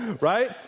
right